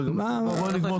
בוא נגמור את העניין?